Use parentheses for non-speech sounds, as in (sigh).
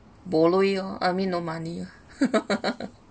bo lui oh I mean no money oh (laughs)